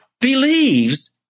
believes